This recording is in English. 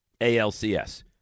ALCS